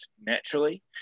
naturally